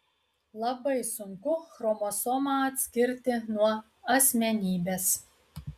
labai sunku chromosomą atskirti nuo asmenybės